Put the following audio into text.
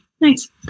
Nice